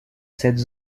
cette